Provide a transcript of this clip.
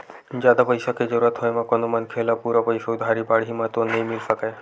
जादा पइसा के जरुरत होय म कोनो मनखे ल पूरा पइसा उधारी बाड़ही म तो नइ मिल सकय